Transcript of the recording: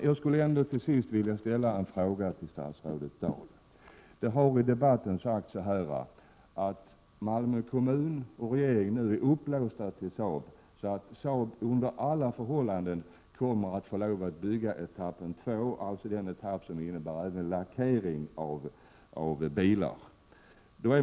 Jag vill till sist ställa en fråga till statsrådet Dahl. Det har i debatten sagts att Malmö kommun och regeringen nu har bundit sig på ett sådant sätt att Saab under alla förhållanden kommer att få lov att bygga en etapp 2, som innefattar även lackering av bilar.